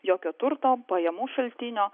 jokio turto pajamų šaltinio